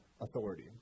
authority